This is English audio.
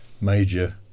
major